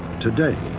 today,